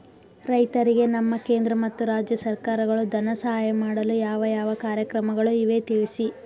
ರೈತರಿಗೆ ನಮ್ಮ ಕೇಂದ್ರ ಮತ್ತು ರಾಜ್ಯ ಸರ್ಕಾರಗಳು ಧನ ಸಹಾಯ ಮಾಡಲು ಯಾವ ಯಾವ ಕಾರ್ಯಕ್ರಮಗಳು ಇವೆ ತಿಳಿಸಿ?